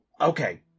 okay